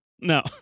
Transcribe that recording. No